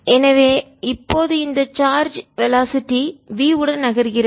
எனவே இப்போது இந்த சார்ஜ்வெலாசிட்டி வேகம் v உடன் நகர்கிறது